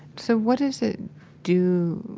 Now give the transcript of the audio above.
so what does it do